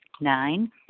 Nine